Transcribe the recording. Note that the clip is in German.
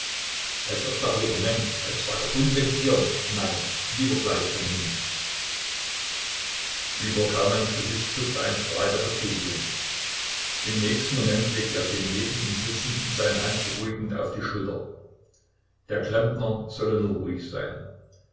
als obdachloser mensch als vagabund vegetieren nein lieber gleich von hinnen über kaumanns gesicht zuckte ein strahl der befriedigung im nächsten moment legte er dem neben ihm sitzenden seine hand beruhigend auf die schulter der klempner solle nur ruhig sein